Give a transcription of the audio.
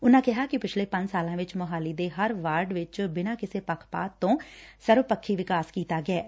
ਉਨੂਾ ਕਿਹਾ ਕਿ ਪਿਛਲੇ ਪੰਜ ਸਾਲਾਂ ਵਿੱਚ ਮੁਹਾਲੀ ਦੇ ਹਰ ਵਾਰਡ ਵਿੱਚ ਬਿਨਾਂ ਕਿਸੇ ਪੱਖਪਾਤ ਤੋਂ ਸਰਵਪੱਖੀ ਵਿਕਾਸ ਕੀਤਾ ਗਿਐਂ